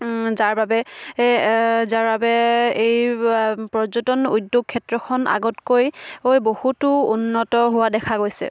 যাৰ বাবে এই পৰ্যটন উদ্যোগ ক্ষেত্ৰখন আগতকৈ বহুতো উন্নত হোৱা দেখা গৈছে